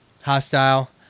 hostile